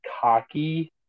cocky